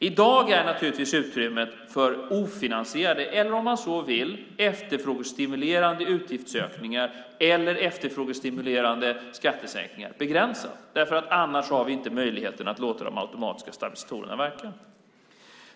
I dag är naturligtvis utrymmet för ofinansierade eller om man så vill efterfrågestimulerande utgiftsökningar och efterfrågestimulerande skattesänkningar begränsat, därför att vi annars inte har möjlighet att låta de automatiska stabilisatorerna verka.